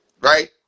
right